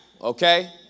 okay